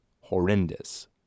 horrendous